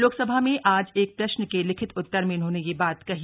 लोकसभा में आज एक प्रश्न के लिखित उत्तर में उन्होंने यह बात कही